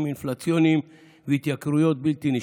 אינפלציוניים והתייקרויות בלתי נשלטות.